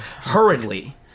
hurriedly